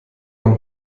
man